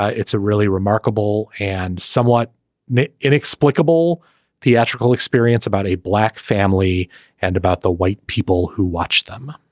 ah it's a really remarkable and somewhat inexplicable theatrical experience about a black family and about the white people who watch them.